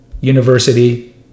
University